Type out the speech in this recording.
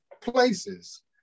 places